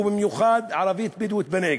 ובמיוחד הערבית-בדואית בנגב.